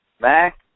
Mac